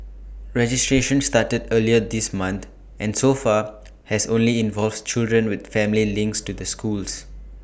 registration started earlier this month and so far has only involved children with family links to the schools